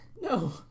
No